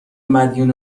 مدیون